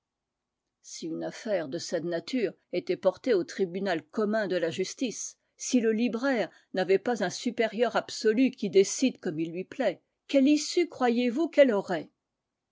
si une affaire de cette nature était portée au tribunal commun de la justice si le libraire n'avait pas un supérieur absolu qui décide comme il lui plaît quelle issue croyez-vous qu'elle aurait